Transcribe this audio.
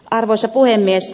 arvoisa puhemies